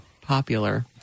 popular